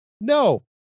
no